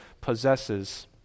possesses